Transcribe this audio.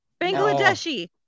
Bangladeshi